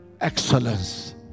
excellence